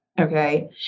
Okay